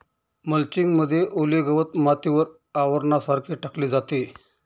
mulching मध्ये ओले गवत मातीवर आवरणासारखे टाकले जाते